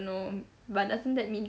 know but doesn't that mean